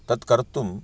तत्कर्तुं